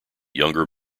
younger